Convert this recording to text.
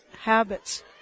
habits